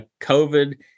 COVID